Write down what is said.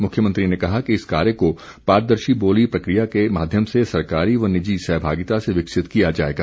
मुख्यमंत्री ने कहा कि इस कार्य को पारदर्शी बोली प्रक्रिया के माध्यम से सरकारी व निजी सहभागिता से विकसित किया जाएगा